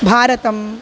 भारतम्